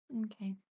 Okay